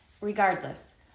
regardless